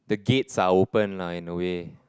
the gates are open lah in a way